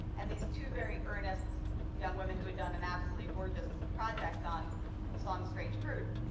and these two very earnest young women who had done an absolutely gorgeous project on the song strange fruit